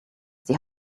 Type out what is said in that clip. sie